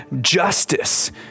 justice